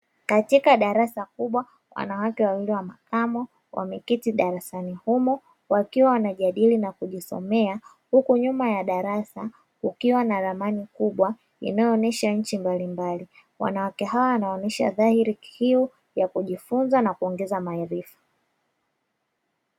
Katika darasa kubwa wanawake wawili wa makamo wameketi darasani humo wakiwa wanajadili na kujisomea huku nyuma ya darasa ukiwa na ramani kubwa inayoonyesha nchi mbalimbali wanawake hao wanaonesha dhahiri kiu ya kujifunza na kuongeza maarifa.